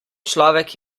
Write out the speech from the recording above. človek